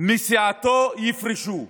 מסיעתו יפרשו.